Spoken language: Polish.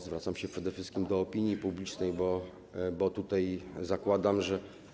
Zwracam się przede wszystkim do opinii publicznej, bo zakładam, że.